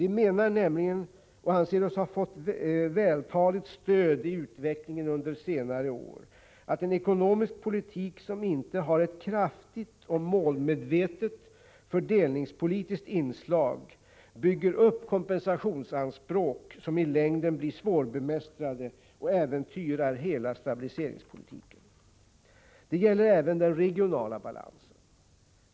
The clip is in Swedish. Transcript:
Vi menar nämligen — och anser oss ha fått vältaligt stöd i utvecklingen under senare år — att en ekonomisk politik som inte har ett kraftigt och målmedvetet fördelningspolitiskt inslag bygger upp kompensationsanspråk som i längden blir svårbemästrade och äventyrar hela stabiliseringspolitiken. Detta gäller även den regionala balansen.